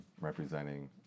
representing